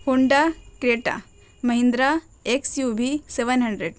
Honda Creta Mahindra X U V seven hundred